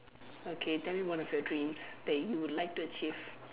okay tell me one of your dreams that you would like to achieve